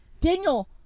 daniel